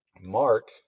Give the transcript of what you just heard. Mark